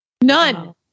None